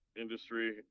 industry